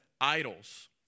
idols